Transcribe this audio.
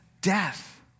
death